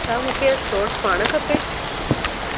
छा मूंखे अॼु शॉट्स पाइणु खपे